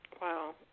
Wow